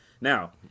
Now